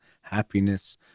happiness